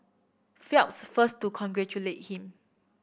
Phelps first to congratulate him